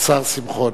השר שמחון.